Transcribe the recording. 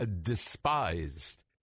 despised